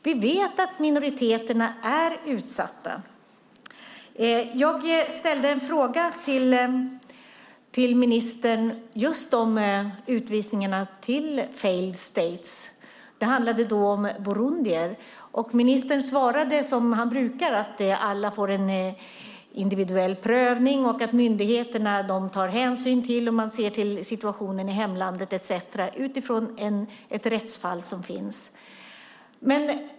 Vi vet att minoriteterna är utsatta. Jag ställde en fråga till ministern om utvisningarna till failed states. Det handlade då om burundier. Ministern svarade som han brukar, att alla får en individuell prövning och att myndigheterna tar hänsyn till situationen i hemlandet utifrån ett rättsfall som finns.